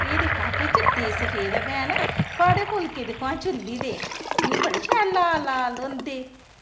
एह् दिक्ख हां केह् चिट्टे सफेद ऐ भैन थुआढ़ै फुलके दिक्खो हां चुल्ली दे इ'यां बड़े शैल लाल लाल होंदे